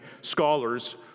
scholars